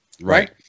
Right